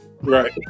Right